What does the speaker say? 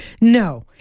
No